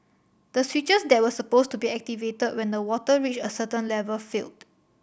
the switches that were supposed to be activated when the water reached a certain level failed